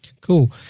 Cool